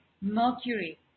mercury